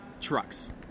Trucks